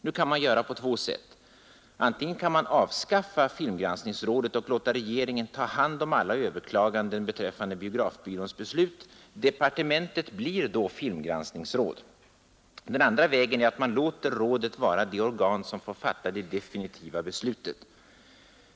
Nu kan man göra på två sätt. Det ena är att man avskaffar filmgranskningsrådet och låter regeringen ta hand om alla överklaganden beträffande biografbyråns beslut. Departementet blir då filmgranskningsråd. Det andra sättet är att man låter rådet vara det organ som får fatta det definitiva beslutet.